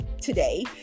today